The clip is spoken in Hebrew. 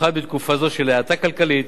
במיוחד בתקופה זו של האטה כלכלית.